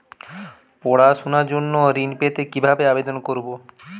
পড়াশুনা জন্য ঋণ পেতে কিভাবে আবেদন করব?